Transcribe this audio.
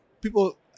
people –